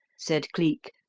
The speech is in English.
said cleek,